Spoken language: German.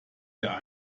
der